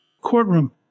courtroom